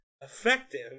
effective